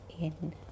in